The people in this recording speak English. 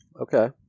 Okay